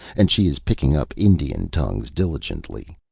and she is picking up indian tongues diligently.